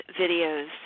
videos